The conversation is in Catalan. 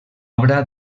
obra